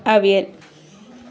avial